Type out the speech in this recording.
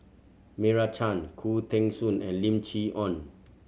Meira Chand Khoo Teng Soon and Lim Chee Onn